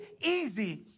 Easy